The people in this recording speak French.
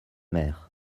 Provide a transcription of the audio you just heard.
maires